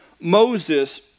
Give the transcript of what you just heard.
Moses